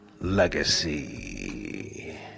Legacy